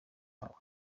wabo